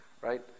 Right